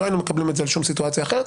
לא היינו מקבלים את זה בשום סיטואציה אחרת.